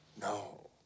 No